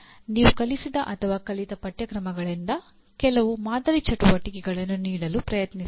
ನೀವು ಕಲಿಸಿದ ಅಥವಾ ಕಲಿತ ಪಠ್ಯಕ್ರಮಗಳಿಂದ ಕೆಲವು ಮಾದರಿ ಚಟುವಟಿಕೆಗಳನ್ನು ನೀಡಲು ಪ್ರಯತ್ನಿಸಿ